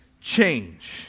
change